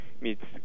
meets